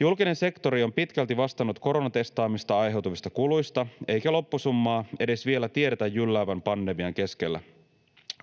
Julkinen sektori on pitkälti vastannut koronatestaamisesta aiheutuvista kuluista, eikä loppusummaa edes vielä tiedetä jylläävän pandemian keskellä.